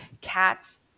Cats